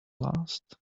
last